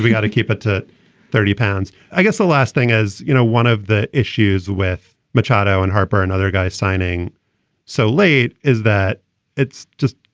we got to keep it to thirty pounds. i guess the last thing is, you know, one of the issues with machado and harper and other guys signing so late is that it's just,